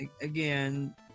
again